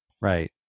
Right